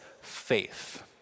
faith